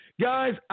Guys